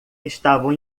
estavam